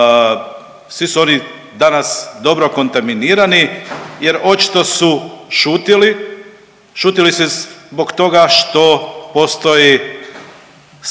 Svi su oni danas dobro kontaminirani, jer očito su šutili, šutili su zbog toga što postoji strah